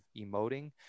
emoting